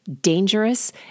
dangerous